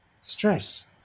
stress